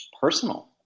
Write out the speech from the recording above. personal